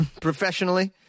Professionally